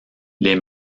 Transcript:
les